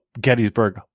gettysburg